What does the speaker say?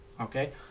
okay